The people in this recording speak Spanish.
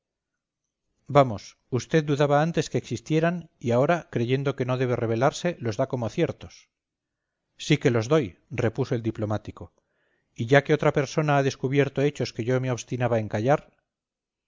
vamos vd dudaba antes que existieran y ahora creyendo que no debe revelarse los da como ciertos sí que los doy repuso el diplomático y ya que otra persona ha descubierto hechos que yo me obstinaba en callar